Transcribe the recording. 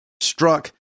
struck